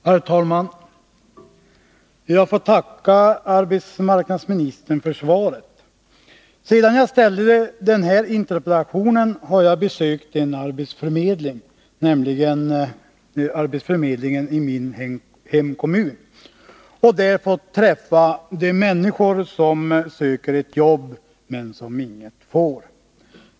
Herr talman! Jag får tacka arbetsmarknadsministern för svaret. Sedan jag ställde interpellationen har jag besökt arbetsförmedlingen i min hemkommun och där fått träffa de människor som söker ett jobb, men som inget får.